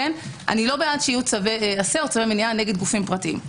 אני לא בעד שיהיו צווי עשה או צווי מניעה נגד גופים פרטיים.